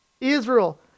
Israel